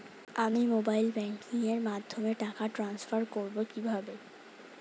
আমি mobile banking এর মাধ্যমে টাকা টান্সফার করব কিভাবে?